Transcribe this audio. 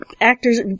actors